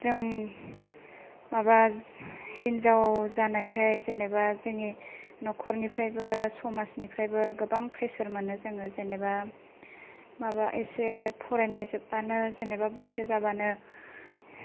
जों माबा हिनजाव जानायखाय जेनोबा जोंनि नखरनिफ्रायबो समाजनिफ्रायबो गोबां फ्रेसार मोनो जोङो जेनोबा माबा एसे फरायनाय जोबबानो जेनोबा बैसो जाबानो